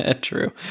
True